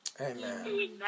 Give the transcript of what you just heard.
Amen